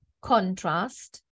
contrast